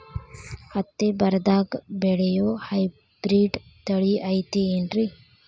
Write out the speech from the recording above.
ಹತ್ತಿ ಬರದಾಗ ಬೆಳೆಯೋ ಹೈಬ್ರಿಡ್ ತಳಿ ಐತಿ ಏನ್ರಿ?